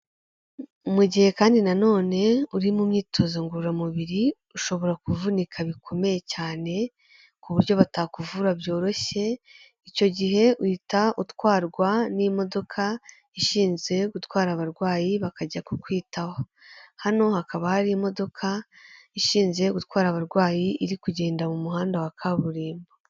Mu gihe kandi nanone uri mu myitozo ngororamubiri, ushobora kuvunika bikomeye cyane, ku buryo batakuvura byoroshye, icyo gihe uhita utwarwa n'imodoka ishinzwe gutwara abarwayi bakajya kukwitaho, hano hakaba hari imodoka ishinzwe gutwara abarwayi iri kugenda mu muhanda wa kaburimbo.